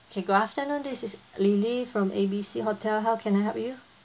K good afternoon this is lily from A B C hotel how can I help you